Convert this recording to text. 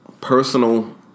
personal